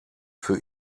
für